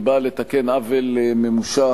ובאה לתקן עוול ממושך,